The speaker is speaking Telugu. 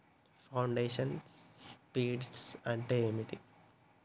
ఫౌండేషన్ సీడ్స్ అంటే ఏంటి?